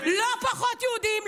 לא פחות יהודים,